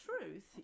truth